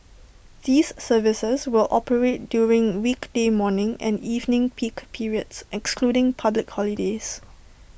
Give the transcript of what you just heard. these services will operate during weekday morning and evening peak periods excluding public holidays